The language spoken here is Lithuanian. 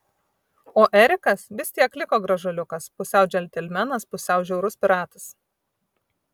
o erikas vis tiek liko gražuoliukas pusiau džentelmenas pusiau žiaurus piratas